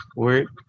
work